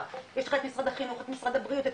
יש את המשרד החינוך את משרד הבריאות,